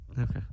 Okay